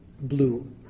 blue